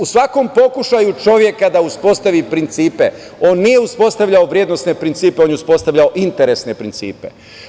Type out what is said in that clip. U svakom pokušaju čoveka da uspostavi principe, on nije uspostavljao vrednosne principe, on je uspostavljao interesne principe.